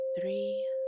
three